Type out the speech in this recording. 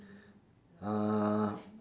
uh